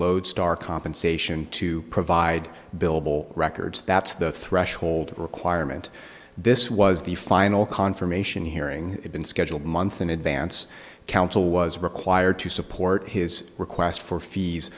lodestar compensation to provide billable records that's the threshold requirement this was the final confirmation hearing had been scheduled months in advance counsel was required to support his request for fees